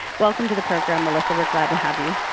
welcome to the program melissa, we're glad to have you.